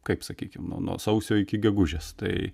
kaip sakykim nuo nuo sausio iki gegužės tai